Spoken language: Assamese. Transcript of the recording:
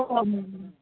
অঁ